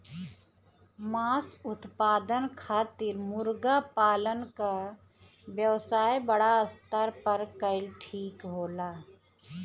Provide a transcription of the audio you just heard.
मांस उत्पादन खातिर मुर्गा पालन क व्यवसाय बड़ा स्तर पर कइल ठीक होला